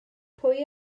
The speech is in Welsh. pwy